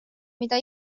mida